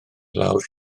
lawr